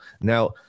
Now